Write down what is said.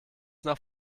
nach